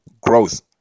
growth